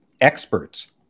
experts